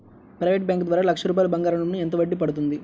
Private bank ద్వారా లక్ష రూపాయలు బంగారం లోన్ ఎంత వడ్డీ పడుతుంది?